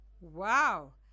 Wow